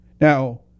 Now